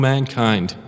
mankind